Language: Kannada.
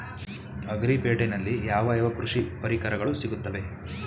ಅಗ್ರಿ ಪೇಟೆನಲ್ಲಿ ಯಾವ ಯಾವ ಕೃಷಿ ಪರಿಕರಗಳು ಸಿಗುತ್ತವೆ?